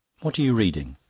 what are you reading?